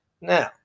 Now